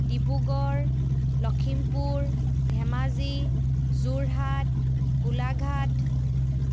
Dibrugarh Lakhimpur Dhemaji Jorhat Golaghat